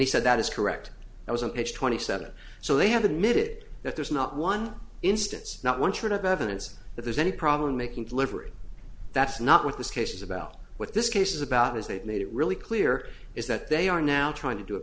he said that is correct i was on page twenty seven so they have admitted that there's not one instance not one shred of evidence that there's any problem in making deliberate that's not what this case is about what this case is about is they've made it really clear is that they are now trying to do